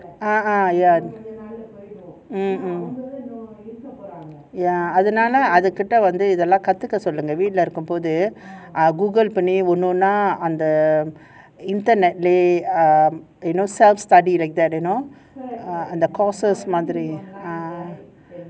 ah ah ya mm mm ya அதுனாள அதுகிட்ட இதெல்லாம் கத்துக்க சொல்லுங்க வீட்லஇருக்கும்போது:athunaala athukitta ithellam kathukka sollunga veetla irukkumbothu ah google panni ஒன்னொன்னா அந்த:onnonna antha internet lah um you know self study like that you know ah the courses மாதிரி:maathiri ah